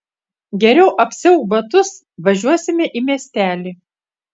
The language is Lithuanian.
geriau apsiauk batus važiuosime į miestelį